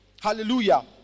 Hallelujah